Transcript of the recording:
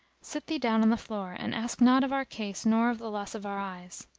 sit thee down on the floor and ask not of our case nor of the loss of our eyes.